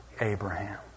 Abraham